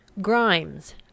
Grimes